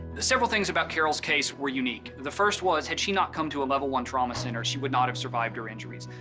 several things about carol's case were unique. the first was, had she not come to a level i trauma center, she would not have survived her injuries.